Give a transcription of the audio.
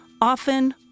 often